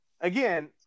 again